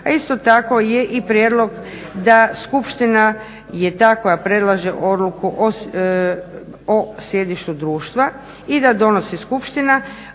a isto tako je i prijedlog da skupština je ta koja predlaže odluku o sjedištu društva i da donosi skupština,